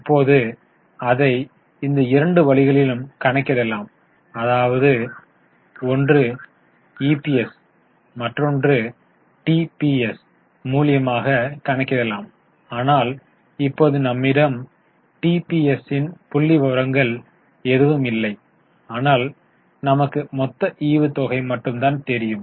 இப்போது அதைச் இந்த இரண்டு வழிகளிலும் கணக்கிடலாம் அதாவது ஒன்று இபிஎஸ் மற்றொன்று டிபிஎஸ் முழியமாக கணக்கிடலாம் ஆனால் இப்போது நம்மிடம் டிபிஎஸ் ன் புள்ளிவிவரங்கள் எதுவும் இல்லை ஆனால் நமக்கு மொத்த ஈவுத்தொகை மட்டும் தான் தெரியும்